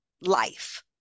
life